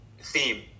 theme